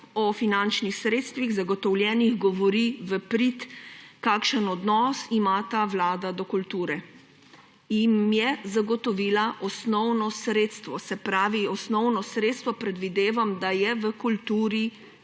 finančnih sredstvih govori v prid, kakšen odnos ima ta vlada do kulture in jim je zagotovila osnovno sredstvo. Se pravi, osnovno sredstvo, predvidevam, da je v kulturi denar,